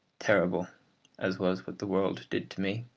terrible as was what the world did to me,